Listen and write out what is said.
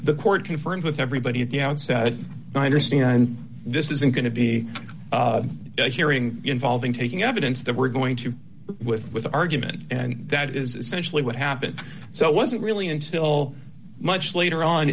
the court conferring with everybody at the outset i understand this isn't going to be hearing involving taking evidence that we're going to with with argument and that is essentially what happened so it wasn't really until much later on